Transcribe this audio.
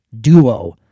duo